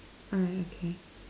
alright okay